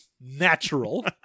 Natural